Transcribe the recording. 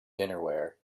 dinnerware